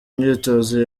imyitozo